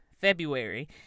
February